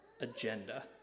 agenda